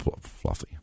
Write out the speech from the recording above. fluffy